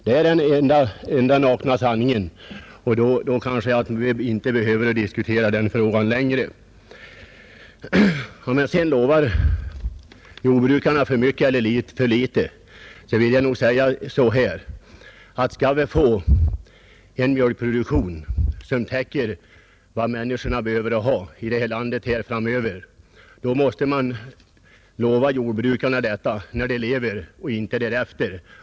Detta är den nakna sanningen, och vi behöver kanske inte diskutera den frågan längre. Om jag sedan lovar jordbrukarna för mycket eller för litet, så vill jag nog säga på följande sätt: Skall vi få en mjölkproduktion som täcker vad människorna behöver ha i detta land framöver måste man ge jordbrukarna dessa löften medan de är i livet och inte först därefter.